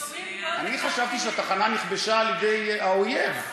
אני חשבתי שהתחנה נכבשה על-ידי האויב,